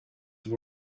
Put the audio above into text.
have